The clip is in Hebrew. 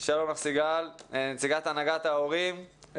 נציגת הנהגת ההורים,